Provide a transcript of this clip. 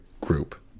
group